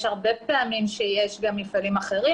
יש הרבה פעמים שיש גם מפעלים אחרים